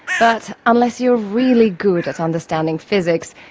but unless you're really good at understanding physics,